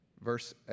Verse